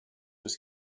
was